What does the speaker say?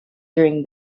during